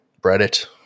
Reddit